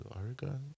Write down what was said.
Oregon